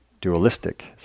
dualistic